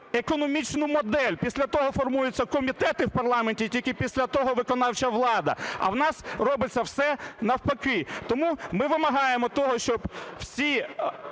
економічну модель, після того формуються комітети в парламенті, і тільки після того виконавча влада, а у нас робиться все навпаки. Тому ми вимагаємо того, щоб всі